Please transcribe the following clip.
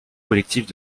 collectifs